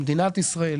למדינת ישראל,